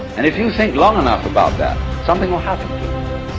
and if you think long enough about that, something will happen